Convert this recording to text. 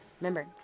Remember